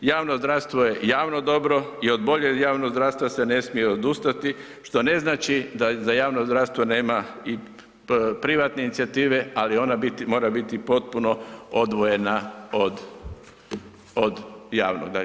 Javno zdravstvo je javno dobro i od boljeg javnog zdravstva se ne smije odustati, što ne znači da za javno zdravstvo nema i privatne inicijative, ali ona mora biti potpuno odvojena od, od javnoga.